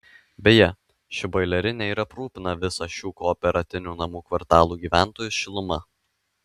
beje ši boilerinė ir aprūpina visą šių kooperatinių namų kvartalų gyventojus šiluma